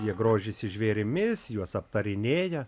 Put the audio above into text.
jie grožisi žvėrimis juos aptarinėja